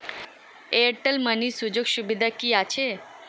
Airtel money সুযোগ সুবিধা কি আছে?